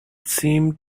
seemed